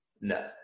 No